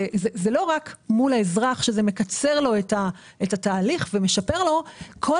זה לא רק מול האזרח שזה מקצר לו את התהליך ומשפר לו אלא כל